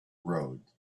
road